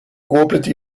corporate